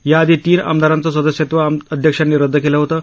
याआधी तीन आमदारांचं सदस्यत्व अध्यक्षांनी रद्द केलं होतं